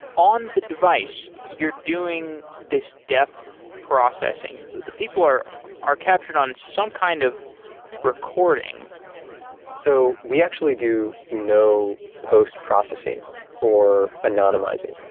on the device, you're doing this depth processing. the people are captured on some kind of recording so we actually do know post-processing or anonymizing.